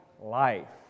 life